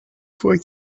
fois